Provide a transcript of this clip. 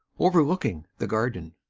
overlooking the garden.